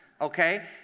okay